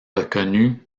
reconnu